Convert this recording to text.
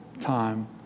time